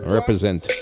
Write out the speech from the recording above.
represent